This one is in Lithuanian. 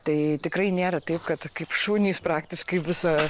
tai tikrai nėra taip kad kaip šunys praktiškai visa